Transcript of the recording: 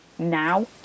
now